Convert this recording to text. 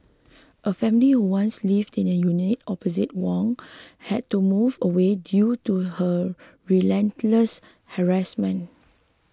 a family who once lived in a unit opposite Wang had to move away due to her relentless harassment